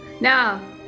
Now